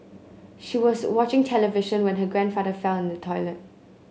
she was watching television when her grandfather fell in the toilet